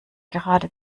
gerade